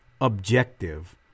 objective